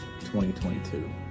2022